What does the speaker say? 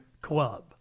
Club